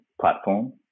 platform